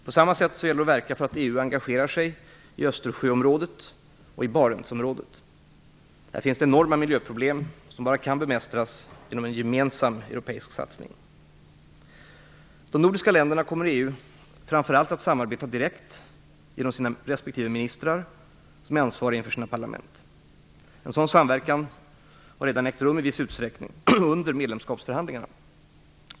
På samma sätt gäller det att verka för att EU engagerar sig i Östersjöområdet och i Barentsområdet. Här finns enorma miljöproblem som bara kan bemästras genom en gemensam europeisk satsning. De nordiska länderna kommer i EU framför allt att samarbeta direkt genom sina respektive ministrar som är ansvariga inför sina parlament. En sådan samverkan har redan ägt rum i viss utsträckning under medlemskapsförhandlingarna.